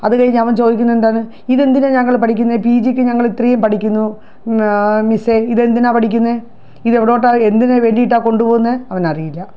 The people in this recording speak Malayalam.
അതുകഴിഞ്ഞാല് അവൻ ചോദിക്കുന്നതെന്താണ് ഇതെന്തിനാണ് ഞങ്ങൾ പഠിക്കുന്നത് പി ജിക്ക് ഞങ്ങൾ ഇത്രയും പഠിക്കുന്നു മിസ്സെ എന്തിനാ പഠിക്കുന്നെ ഇതെവിടോട്ടാ എന്തിനുവേണ്ടിട്ട കൊണ്ടുപോന്നേ അവനറിയില്ല